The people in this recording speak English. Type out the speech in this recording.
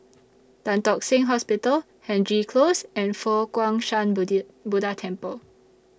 Tan Tock Seng Hospital Hendry Close and Fo Guang Shan Buddha Temple